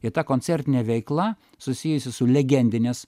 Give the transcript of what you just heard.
ir ta koncertinė veikla susijusi su legendinės